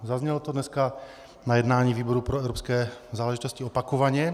Zaznělo to dneska na jednání výboru pro evropské záležitosti opakovaně.